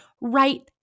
right